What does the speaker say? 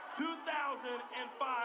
2005